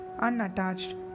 unattached